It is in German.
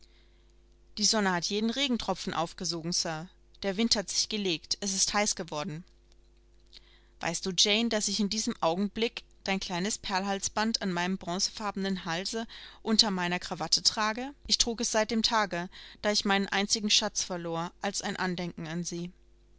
die sonne hat jeden regentropfen aufgesogen sir der wind hat sich gelegt es ist heiß geworden weißt du jane daß ich in diesem augenblick dein kleines perlhalsband an meinem bronzefarbenen halse unter meiner krawatte trage ich trug es seit dem tage da ich meinen einzigen schatz verlor als ein andenken an sie